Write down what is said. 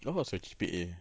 what was your G_P_A